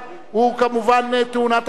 הוא כמובן תאונת עבודה.